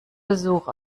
besuch